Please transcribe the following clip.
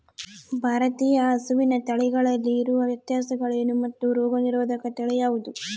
ಭಾರತೇಯ ಹಸುವಿನ ತಳಿಗಳಲ್ಲಿ ಇರುವ ವ್ಯತ್ಯಾಸಗಳೇನು ಮತ್ತು ರೋಗನಿರೋಧಕ ತಳಿ ಯಾವುದು?